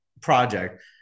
project